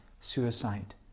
suicide